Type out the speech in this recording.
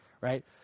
Right